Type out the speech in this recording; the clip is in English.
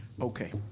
Okay